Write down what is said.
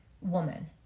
woman